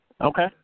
Okay